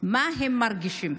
מה הם מרגישים.